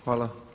Hvala.